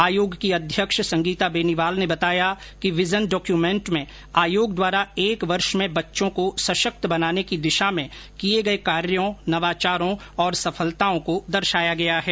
आयोग की अध्यक्ष संगीता बेनीवाल ने बताया कि विजन डॉक्युमेंट में आयोग द्वारा एक वर्ष में बच्चों को सशक्त बनाने की दिशा में किए गए कार्यों नवाचारों तथा सफलताओं को दर्शाया गया है